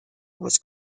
was